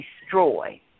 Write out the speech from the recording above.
destroy